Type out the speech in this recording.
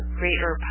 greater